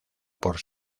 por